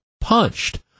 punched